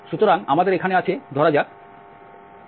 সুতরাং আমাদের এখানে আছে ধরা যাক